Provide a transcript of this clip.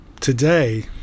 Today